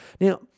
Now